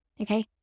okay